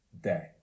day